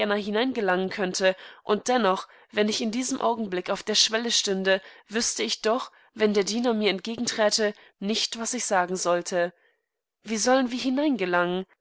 dieganzevergangenenachtüberlegte ich unterwelchemvorwandichindasschloßporthgennahineingelangenkönnteund dennoch wenn ich in diesem augenblick auf der schwelle stünde wüßte ich doch wenn der diener mir entgegenträte nicht was ich sagen sollte wie sollen wir